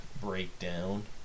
breakdown